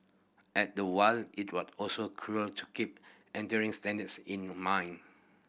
at the while it would also to keep entry standards in mind